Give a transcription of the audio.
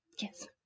Yes